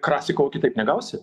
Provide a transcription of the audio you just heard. krasikovo kitaip negausi